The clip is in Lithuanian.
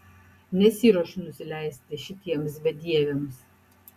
nesiruošiu nusileisti šitiems bedieviams